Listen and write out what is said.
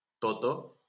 Toto